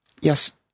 yes